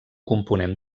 component